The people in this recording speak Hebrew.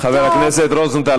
חבר הכנסת רוזנטל,